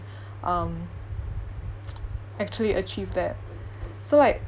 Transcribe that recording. um actually achieve that so like